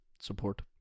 Support